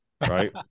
right